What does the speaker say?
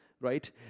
right